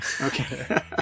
Okay